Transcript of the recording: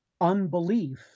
unbelief